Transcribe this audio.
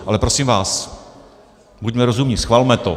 Ale prosím vás, buďme rozumní, schvalme to!